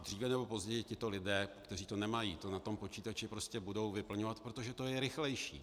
Dříve nebo později tito lidé, kteří to nemají, to na tom počítači prostě budou vyplňovat, protože to je rychlejší.